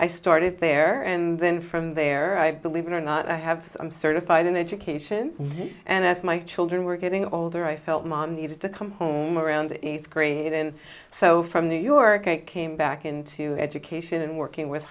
i started there and then from there i believe it or not i have certified in education and as my children were getting older i felt mom needed to come home around eighth grade and so from new york i came back into education and working with